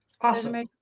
Awesome